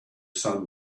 sun